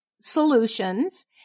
Solutions